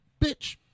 bitch